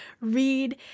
read